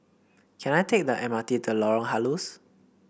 can I take the M R T to Lorong Halus